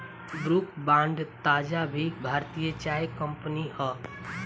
Brooke Bond ताज़ा भी भारतीय चाय कंपनी हअ